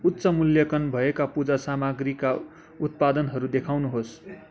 उच्च मूल्याङ्कन भएका पूजा सामग्रीका उत्पादनहरू देखाउनुहोस्